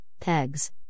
PEGs